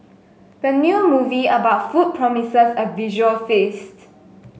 the new movie about food promises a visual feast